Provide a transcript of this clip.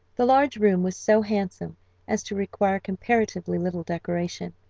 the large room was so handsome as to require comparatively little decoration.